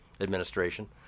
administration